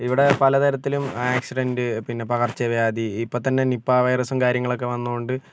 ഇവിടെ പലതരത്തിലും ആക്സിഡൻറ് പിന്നെ പകർച്ചവ്യാധി ഇപ്പം തന്നെ നിപ്പാ വൈറസും കാര്യങ്ങളൊക്കെ വന്നതു കൊണ്ട്